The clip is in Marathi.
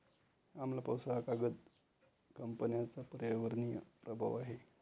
आम्ल पाऊस हा कागद कंपन्यांचा पर्यावरणीय प्रभाव आहे